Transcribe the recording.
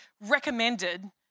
recommended